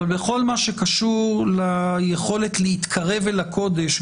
אבל בכל מה שקשור ליכולת להתקרב אל הקודש,